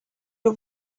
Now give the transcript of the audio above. you